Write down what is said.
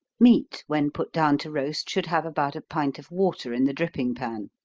meat, when put down to roast, should have about a pint of water in the dripping pan.